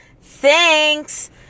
Thanks